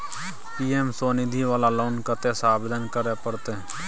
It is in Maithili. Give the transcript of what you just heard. पी.एम स्वनिधि वाला लोन कत्ते से आवेदन करे परतै?